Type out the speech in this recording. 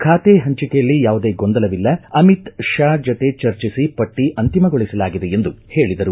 ಖಾತೆ ಹಂಚಿಕೆಯಲ್ಲಿ ಯಾವುದೇ ಗೊಂದಲವಿಲ್ಲ ಅಮಿತ್ ಷಾ ಜತೆ ಚರ್ಚೆಸಿ ಪಟ್ಟೆ ಅಂತಿಮಗೊಳಿಸಲಾಗಿದೆ ಎಂದು ಹೇಳಿದರು